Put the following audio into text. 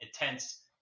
intense